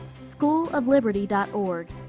SchoolofLiberty.org